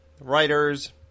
writers